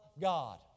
God